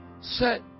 set